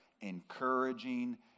encouraging